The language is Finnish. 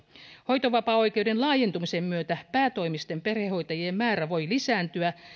hoitovapaaoikeuden laajentumisen myötä päätoimisten perhehoitajien määrä voi lisääntyä